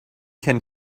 can